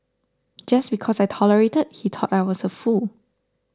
just because I tolerated he thought I was a fool